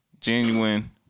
genuine